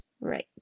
Right